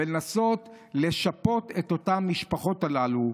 ולנסות לשפות את המשפחות הללו.